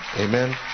Amen